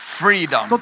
freedom